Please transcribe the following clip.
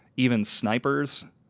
even snipers,